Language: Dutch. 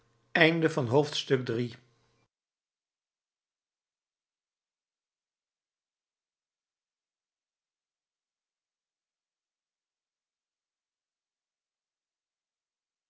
jodendom van het